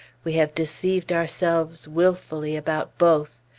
we have deceived ourselves wilfully about both.